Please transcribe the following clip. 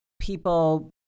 people